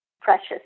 precious